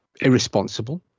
irresponsible